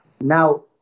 Now